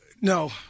No